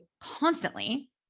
constantly